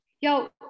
Yo